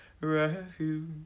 refuge